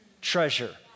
Treasure